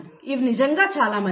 ఇవి నిజంగా చాలా మంచివి